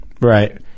Right